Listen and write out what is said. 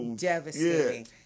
Devastating